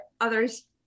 others